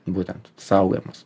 būtent saugojimas